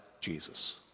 Jesus